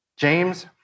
James